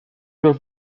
will